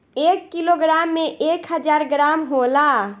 एक किलोग्राम में एक हजार ग्राम होला